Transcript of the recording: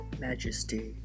majesty